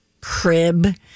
crib